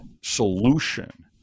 solution